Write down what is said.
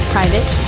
Private